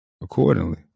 accordingly